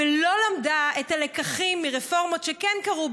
ולא למדה את הלקחים מרפורמות שכן קרו,